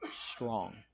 strong